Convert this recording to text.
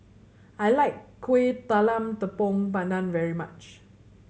I like Kuih Talam Tepong Pandan very much